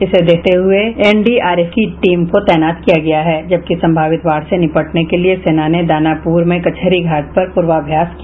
इसे देखते हुए एनडीआरएफ की टीम को तैनात किया गया है जबकि संभावित बाढ़ से निपटने के लिए सेना ने दानापुर में कचहरी घाट पर पूर्वाभ्यास किया